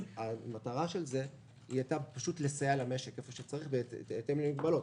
המטרה של זה הייתה פשוט לסייע למשק איפה שצריך בהתאם למגבלות.